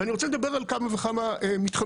ואני רוצה לדבר על כמה וכמה מתחמים.